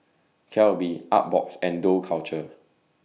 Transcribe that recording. Calbee Artbox and Dough Culture